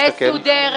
בוא נסתכל.